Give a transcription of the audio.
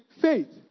faith